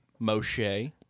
Moshe